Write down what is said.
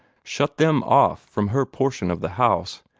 shut them off from her portion of the house,